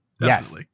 Yes